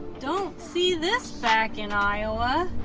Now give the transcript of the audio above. don't see this back in, iowa